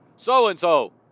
So-and-so